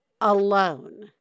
alone